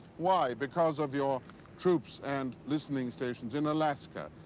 why? because of your troops and listening stations in alaska.